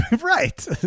Right